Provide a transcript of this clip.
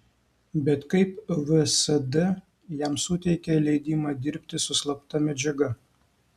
bet kaip vsd jam suteikė leidimą dirbti su slapta medžiaga